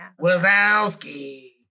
Wazowski